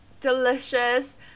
delicious